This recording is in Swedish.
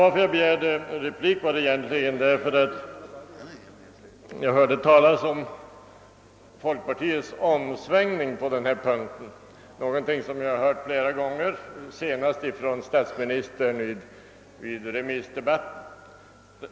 Anledningen till att jag begärde ordet var emellertid talet om folkpartiets omsvängning i denna fråga — något som jag hört påstås flera gånger, senast av statsministern i remissdebatten.